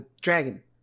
Dragon